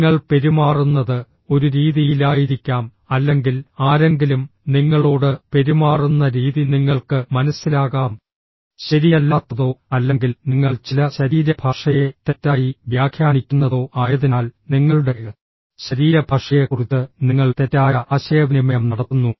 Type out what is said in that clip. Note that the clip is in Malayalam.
നിങ്ങൾ പെരുമാറുന്നത് ഒരു രീതിയിലായിരിക്കാം അല്ലെങ്കിൽ ആരെങ്കിലും നിങ്ങളോട് പെരുമാറുന്ന രീതി നിങ്ങൾക്ക് മനസ്സിലാകാം ശരിയല്ലാത്തതോ അല്ലെങ്കിൽ നിങ്ങൾ ചില ശരീരഭാഷയെ തെറ്റായി വ്യാഖ്യാനിക്കുന്നതോ ആയതിനാൽ നിങ്ങളുടെ ശരീരഭാഷയെക്കുറിച്ച് നിങ്ങൾ തെറ്റായ ആശയവിനിമയം നടത്തുന്നു